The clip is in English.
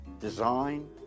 design